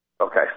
Okay